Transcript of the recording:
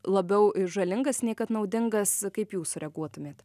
labiau žalingas nei kad naudingas kaip jūs reaguotumėt